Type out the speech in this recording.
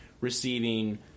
receiving